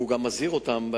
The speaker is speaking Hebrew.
והוא גם מזהיר אותם,